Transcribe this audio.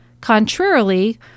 Contrarily